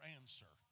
answer